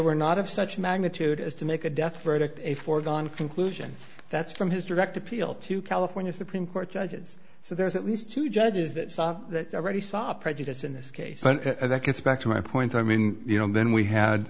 were not of such magnitude as to make a death verdict a foregone conclusion that's from his direct appeal to california supreme court judges so there's at least two judges that saw that already saw a prejudice in this case that gets back to my point i mean you know then we had